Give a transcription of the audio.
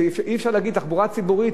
אי-אפשר להגיד: תחבורה ציבורית,